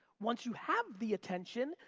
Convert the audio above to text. once you have the attention,